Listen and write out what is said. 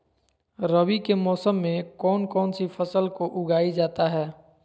रवि के मौसम में कौन कौन सी फसल को उगाई जाता है?